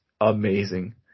amazing